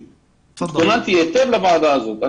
התכוננתי היטב לוועדה הזאת.